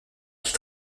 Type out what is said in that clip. qui